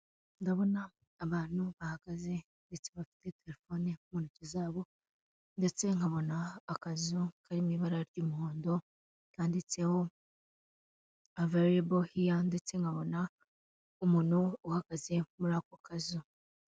Ndabona abantu bahagaze ndetse bafite telefone mu ntoki zabo ndetse nkabona akazu kari mu ibara ry'umuhondo kanditseho averebo hiya ndetse nkabona umuntu uhagaze muri ako kazu.